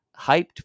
hyped